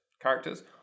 characters